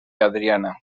adriana